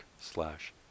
slash